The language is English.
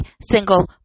single